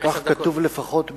כך כתוב לפחות בסדר-היום.